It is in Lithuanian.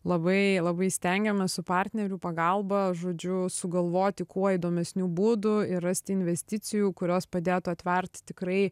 labai labai stengiamės su partnerių pagalba žodžiu sugalvoti kuo įdomesnių būdų ir rasti investicijų kurios padėtų atvert tikrai